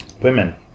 women